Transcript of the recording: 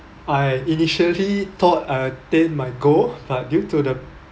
I initially thought I'd attained my goal but due to the